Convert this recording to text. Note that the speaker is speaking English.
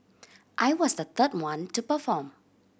I was the third one to perform